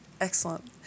Excellent